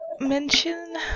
mention